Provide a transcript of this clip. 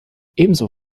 ebenso